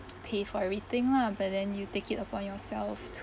pay for everything lah but then you take it upon yourself to